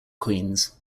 queens